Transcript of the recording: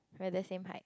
we are the same height